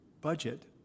budget